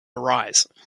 arise